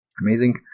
Amazing